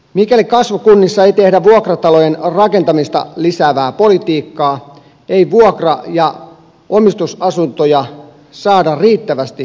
mikäli kasvukunnissa ei tehdä vuokratalojen rakentamista lisäävää politiikkaa ei vuokra ja omistusasuntoja saada riittävästi rakennettua